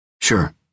Sure